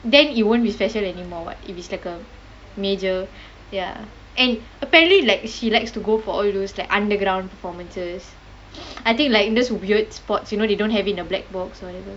then it won't be special anymore what if it's like a major ya and apparently like she likes to go for all those like underground performances I think like those weird spots you know they don't have it in a black box or whatever